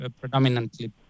predominantly